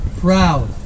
proud